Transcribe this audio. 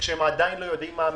כשהם עדיין לא יודעים מה המתווה?